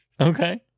Okay